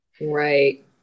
Right